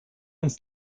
uns